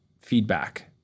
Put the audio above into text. feedback